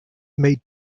made